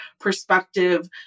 perspective